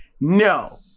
No